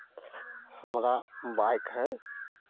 हमरा बाइक हइ